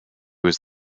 was